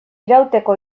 irauteko